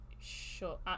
sure